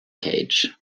cage